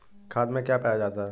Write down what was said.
खाद में क्या पाया जाता है?